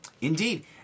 indeed